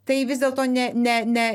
tai vis dėlto ne ne ne